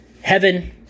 heaven